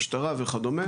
משטרה וכו'.